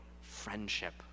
friendship